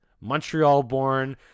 Montreal-born